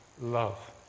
love